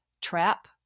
trap